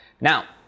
now